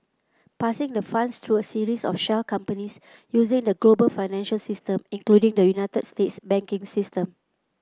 passing the funds through a series of shell companies using the global financial system including the United States banking system